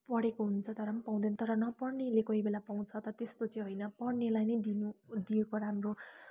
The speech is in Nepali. पढेको हुन्छ तर पनि पाउँदैन तर नपढ्नेले कोही बेला पाउँछ त त्यस्तो चाहिँ होइन पढ्नेलाई नै दिनु दिएको राम्रो